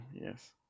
yes